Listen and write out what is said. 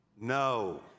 No